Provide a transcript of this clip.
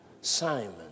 Simon